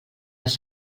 les